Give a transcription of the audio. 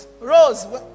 Rose